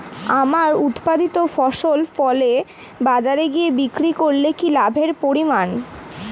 আমার উৎপাদিত ফসল ফলে বাজারে গিয়ে বিক্রি করলে কি লাভের পরিমাণ?